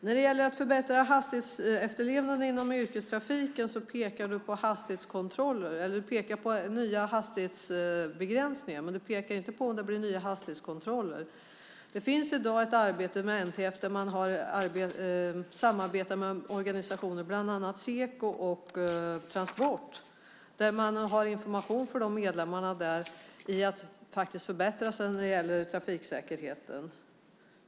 När det gäller att förbättra hastighetsefterlevnaden inom yrkestrafiken pekar du på nya hastighetsbegränsningar, men du talar inte om ifall det blir nya hastighetskontroller. Det finns i dag ett arbete med NTF där man samarbetar med organisationer, bland annat Seko och Transport, där man har information för de medlemmarna när det gäller att förbättra trafiksäkerheten.